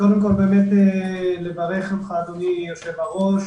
קודם כול, אני מברך אותך, אדוני היושב-ראש,